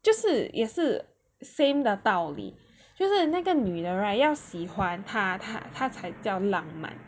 就是也是 same 的道理就是那个女的 right 喜欢他他才叫浪漫